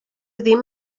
ddim